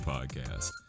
Podcast